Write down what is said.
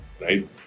right